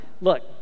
Look